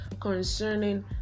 concerning